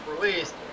released